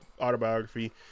autobiography